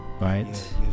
right